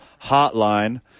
Hotline